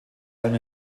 allem